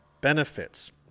benefits